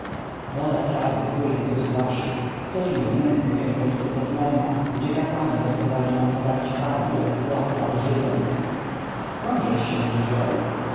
woda prawdy płynie z ust waszych stoimy w nędznej okolicy pod mena gdzie kapłani rozkazali nam poprawiać kanał jak chłopom albo żydom skądżeś się tu wziął